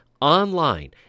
online